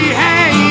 hey